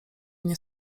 nie